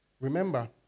Remember